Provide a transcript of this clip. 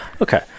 Okay